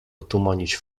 otumanić